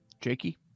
Jakey